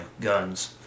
guns